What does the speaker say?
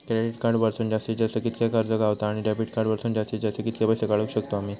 Credit card वरसून जास्तीत जास्त कितक्या कर्ज गावता, आणि डेबिट कार्ड वरसून जास्तीत जास्त कितके पैसे काढुक शकतू आम्ही?